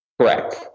Correct